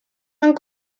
van